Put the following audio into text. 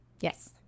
Yes